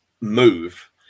move